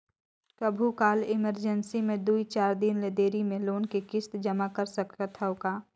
कभू काल इमरजेंसी मे दुई चार दिन देरी मे लोन के किस्त जमा कर सकत हवं का?